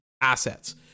assets